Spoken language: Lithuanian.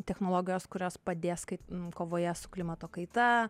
technologijas kurios padės skai kovoje su klimato kaita